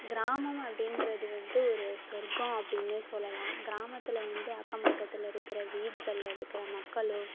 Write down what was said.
கிராமம் அப்படின்றது வந்து ஒரு சொர்க்கம் அப்படின்னே சொல்லலாம் கிராமத்தில் வந்து அக்கம் பக்கத்தில் இருக்கிற வீடுகளில் இருக்கிற மக்களும்